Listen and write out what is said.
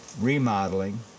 remodeling